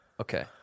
Okay